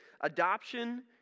Adoption